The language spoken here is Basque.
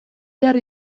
behar